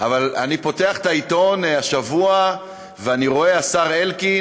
אבל אני פותח את העיתון השבוע ואני רואה: השר אלקין